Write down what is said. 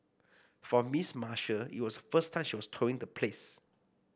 for Miss Marshall it was the first time she was touring the place